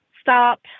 stop